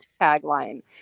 tagline